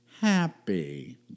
happy